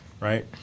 right